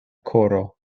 koro